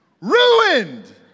Ruined